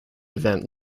event